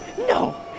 No